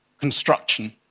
construction